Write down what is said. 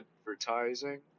advertising